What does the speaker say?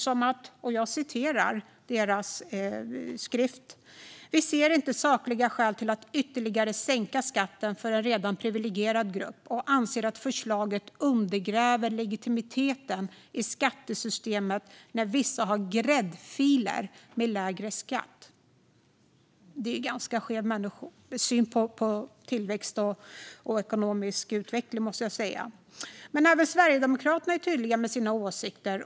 Så här skriver man: "Vänsterpartiet ser inga sakliga skäl att ytterligare sänka skatten för en redan privilegierad grupp och anser att förslaget undergräver legitimiteten i skattesystemet när vissa har gräddfiler med lägre skatt." Det är en ganska skev syn på tillväxt och ekonomisk utveckling, måste jag säga. Även Sverigedemokraterna är tydliga med sina åsikter.